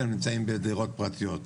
אלא נמצאים בדירות פרטיות.